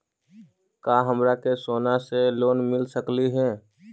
का हमरा के सोना से लोन मिल सकली हे?